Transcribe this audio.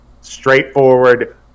straightforward